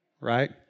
right